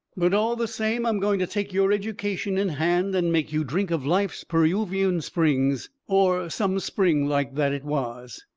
but all the same, i'm going to take your education in hand and make you drink of life's peruvian springs. or some spring like that it was.